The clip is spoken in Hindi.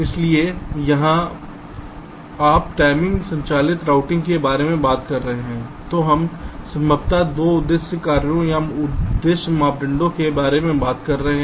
इसलिए यहां जब आप टाइमिंग संचालित रूटिंग के बारे में बात करते हैं तो हम संभवतः 2 उद्देश्य कार्यों या उद्देश्य मानदंड के बारे में बात कर रहे हैं